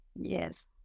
Yes